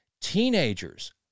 Teenagers